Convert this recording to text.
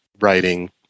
writing